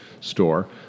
store